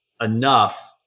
enough